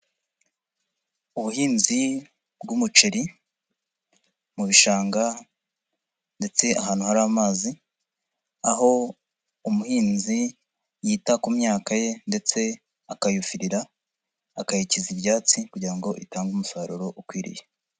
Ubuhinzi bw'umuceri mu bishanga ndetse ahantu hari amazi aho umuhinzi yita ku myaka ye ndetse akayuhirira akayikiza ibyatsi kugira ngo itange umusaruro ukwiriye.